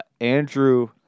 Andrew